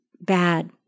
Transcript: bad